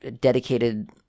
dedicated